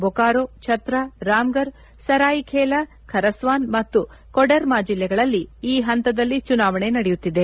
ದೊಕಾರೋ ಛತ್ರಾ ರಾಮಗರ್ ಸರಾಯಿಕೇಲಾ ಖರಸ್ನಾನ್ ಮತ್ತು ಕೊಡೆರ್ಮಾ ಜಿಲ್ಲೆಗಳಲ್ಲಿ ಈ ಹಂತದಲ್ಲಿ ಚುನಾವಣೆ ನಡೆಯುತ್ತಿದೆ